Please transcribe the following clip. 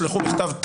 תשלחו מכתב,